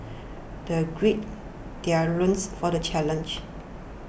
they gird their loins for the challenge